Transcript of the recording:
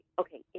okay